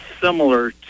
similar